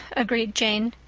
agreed jane.